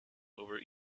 over